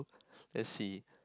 let's see